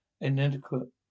inadequate